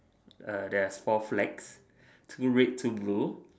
err there's four flags two red two blue